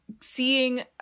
seeing